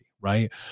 right